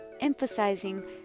emphasizing